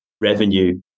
revenue